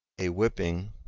a whipping,